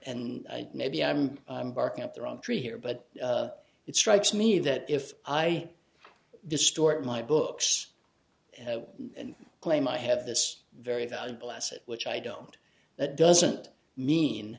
and maybe i'm barking up the wrong tree here but it strikes me that if i distort my books and claim i have this very valuable asset which i don't that doesn't mean